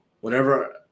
whenever